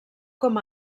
com